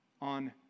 On